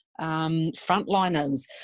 frontliners